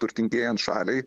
turtingėjant šaliai